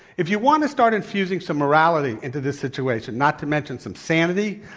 if you want to start infusing some morality into this situation, not to mention some sanity